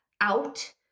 out